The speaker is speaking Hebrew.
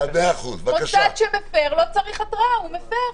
מוסד שמפר לא צריך התראה, הוא מפר.